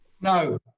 No